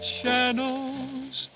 shadows